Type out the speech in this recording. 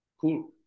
cool